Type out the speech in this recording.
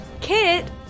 Kit